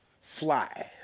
Fly